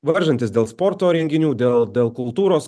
varžantis dėl sporto renginių dėl dėl kultūros